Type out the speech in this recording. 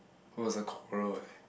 it was a quarrel eh